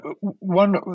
One